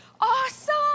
Awesome